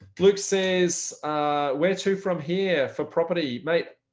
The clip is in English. but luke says where to from here for property, mate?